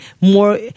more